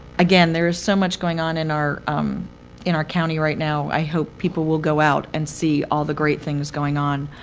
again, there is so much going on in our um in our county right now. i hope people will go out and see all the great things going on.